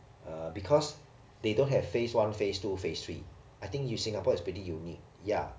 uh because they don't have phase one phase two phase three I think singapore is pretty unique ya